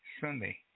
Sunday